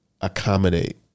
accommodate